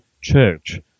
church